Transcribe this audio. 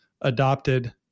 adopted